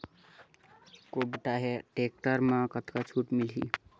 कुबटा टेक्टर म कतका छूट मिलही?